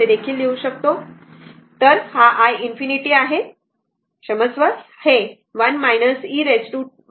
तर हा i ∞ आहे आणि ही म्हणजे क्षमस्व हे 1 e 2t आहे बरोबर